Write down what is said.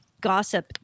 Gossip